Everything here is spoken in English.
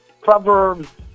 Proverbs